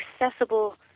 accessible